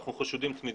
אנחנו חשודים תמידית.